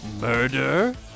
murder